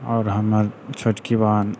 आओर हमर छोटकी बहिन